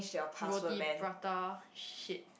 roti-prata shit